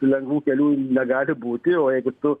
lengvų kelių negali būti o jeigu tu